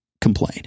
complain